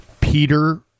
Peter